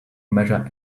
measure